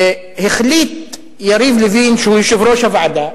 החליט יריב לוין, שהוא יושב-ראש הוועדה,